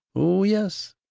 oh, yes!